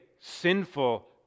sinful